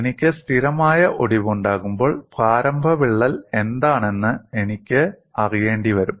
എനിക്ക് സ്ഥിരമായ ഒടിവുണ്ടാകുമ്പോൾ പ്രാരംഭ വിള്ളൽ എന്താണെന്ന് എനിക്ക് അറിയേണ്ടി വരും